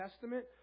Testament